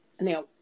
now